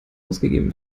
ausgegeben